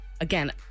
Again